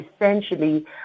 essentially